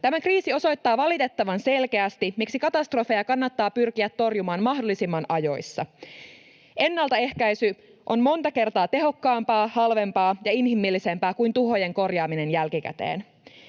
Tämä kriisi osoittaa valitettavan selkeästi, miksi katastrofeja kannattaa pyrkiä torjumaan mahdollisimman ajoissa. Ennaltaehkäisy on monta kertaa tehokkaampaa, halvempaa ja inhimillisempää kuin tuhojen korjaaminen jälkikäteen.